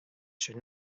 should